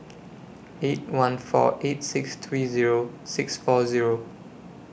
eight one four eight six three Zero six four Zero